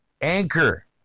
Anchor